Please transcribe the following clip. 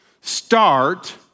start